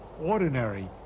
ordinary